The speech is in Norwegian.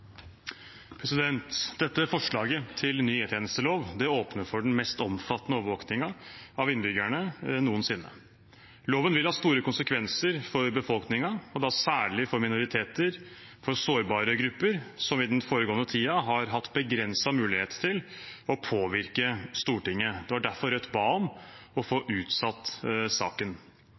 Dette forslaget til ny e-tjenestelov åpner for den mest omfattende overvåkningen av innbyggerne noensinne. Loven vil ha store konsekvenser for befolkningen, og da særlig for minoriteter, for sårbare grupper, som i den foregående tiden har hatt begrenset mulighet til å påvirke Stortinget. Det var derfor Rødt ba om å få utsatt saken.